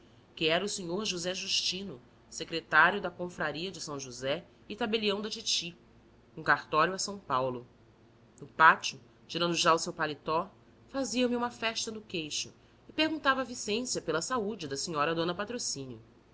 que era o senhor josé justino secretário da confraria de são josé e tabelião da titi com cartório a são paulo no pátio tirando já o seu paletó fazia-me uma festa no queixo e perguntava à vicência pela saúde da senhora a